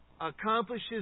accomplishes